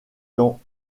dans